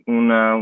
una